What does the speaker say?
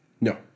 No